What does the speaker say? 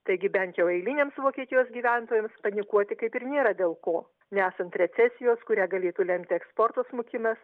taigi bent jau eiliniams vokietijos gyventojams panikuoti kaip ir nėra dėl ko nesant recesijos kurią galėtų lemti eksporto smukimas